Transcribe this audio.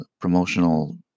promotional